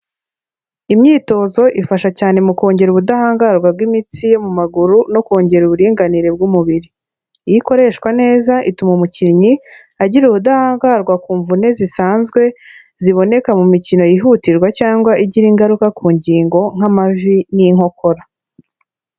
Imyitozo ifasha cyane mu kongera ubudahangarwa bw'imitsi yo mu maguru, no kongera uburinganire bw'umubiri, iyo ikoreshwa neza ituma umukinnyi agira ubudahangarwa ku mvune zisanzwe ziboneka mu mikino yihutirwa cyangwa igira ingaruka ku ngingo, nk'amavi, n'inkokora.